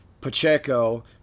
Pacheco